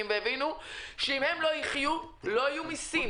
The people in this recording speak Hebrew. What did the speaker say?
והבינו שאם הם לא יחיו לא יהיו מיסים,